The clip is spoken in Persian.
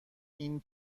این